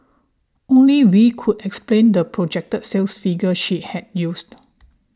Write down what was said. only Wee could explain the projected sales figure she had used